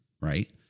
right